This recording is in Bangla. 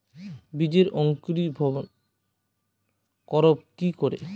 বীজের অঙ্কুরিভবন করব কি করে?